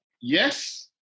Yes